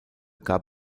gab